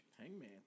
Hangman